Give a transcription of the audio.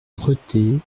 cretté